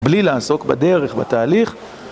בלי לעסוק בדרך, בתהליך,